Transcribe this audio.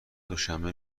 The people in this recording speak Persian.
دوشنبه